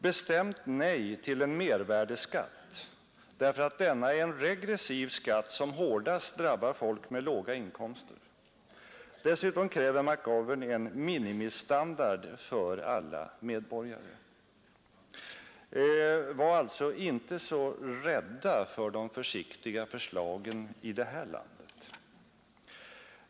Bestämt nej till en mervärdeskatt, därför att denna är en regressiv skatt som hårdast drabbar folk med låga inkomster. Dessutom kräver McGovern en minimistandard för alla medborgare. Var alltså inte så rädda för de försiktiga förslagen i det här landet!